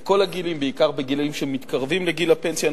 בכל הגילים, בעיקר בגילים שמתקרבים לגיל הפנסיה.